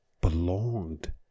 belonged